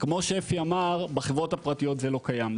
כמו שאפי אמר, בחברות הפרטיות זה לא קיים.